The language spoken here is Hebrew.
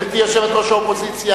גברתי יושבת-ראש האופוזיציה,